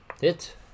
Hit